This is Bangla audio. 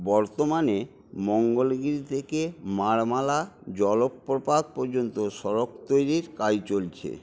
বর্তমানে মঙ্গলগিরি থেকে মারমালা জলপ্রপাত পর্যন্ত সড়ক তৈরীর কাজ চলছে